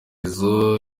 izo